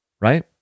right